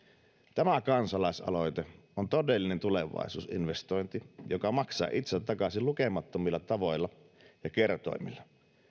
tämä kansalaisaloite on todellinen tulevaisuusinvestointi joka maksaa itsensä takaisin lukemattomilla tavoilla ja kertoimilla